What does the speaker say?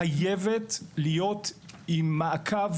יחד עם זאת, אין מה לעשות.